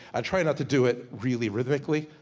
i try not to do it really rhythmically,